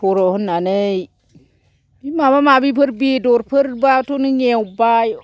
सर'होनानै बे माबा माबिफोर बेदरफोर बाथ' नों एवबाय